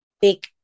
big